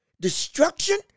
destruction